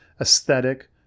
aesthetic